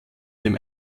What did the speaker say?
dem